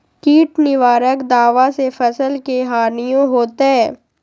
किट निवारक दावा से फसल के हानियों होतै?